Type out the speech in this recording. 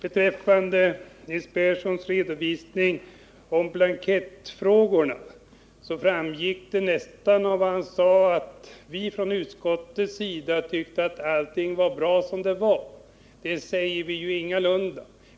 Vid redovisningen av avsnittet rörande blankettfrågorna ville Nils Berndtson göra gällande att vi från utskottets sida ansåg att allting var bra som det var. Men det säger vi ingalunda.